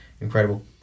Incredible